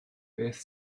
beth